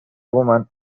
woman